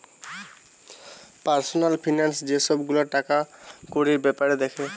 personal finance যে সব গুলা টাকাকড়ির বেপার দ্যাখে